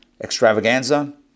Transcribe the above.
Extravaganza